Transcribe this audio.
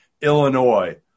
Illinois